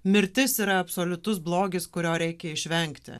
mirtis yra absoliutus blogis kurio reikia išvengti